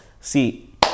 See